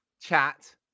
chat